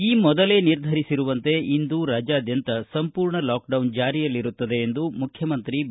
ಈ ಮೊದಲೇ ನಿರ್ಧರಿಸಿರುವಂತೆ ಇಂದು ರಾಜ್ಯಾದ್ಯಂತ ಸಂಪೂರ್ಣ ಲಾಕ್ಡೌನ್ ಜಾರಿಯಲ್ಲಿರುತ್ತದೆ ಎಂದು ಮುಖ್ಚಮಂತ್ರಿ ಬಿ